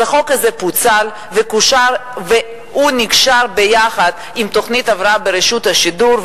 אז החוק הזה פוצל והוא נקשר יחד עם תוכנית הבראה ברשות השידור.